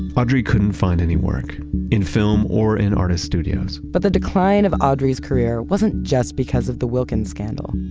audrey couldn't find any work in film or in artist's studios. but the decline of audrey's career wasn't just because of the wilkins scandal.